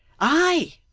i